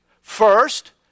First